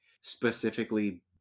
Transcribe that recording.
specifically